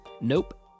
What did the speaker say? Nope